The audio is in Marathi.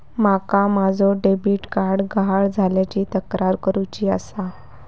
माका माझो डेबिट कार्ड गहाळ झाल्याची तक्रार करुची आसा